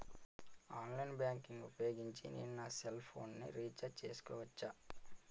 Online banking ఊపోయోగించి నేను నా సెల్ ఫోను ని రీఛార్జ్ చేసుకోవచ్చా?